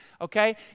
okay